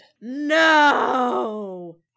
No